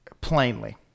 plainly